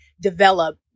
develop